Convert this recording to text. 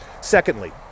Secondly